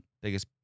Biggest